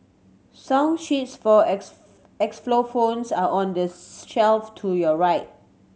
song sheets for are on the shelf to your right